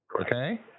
Okay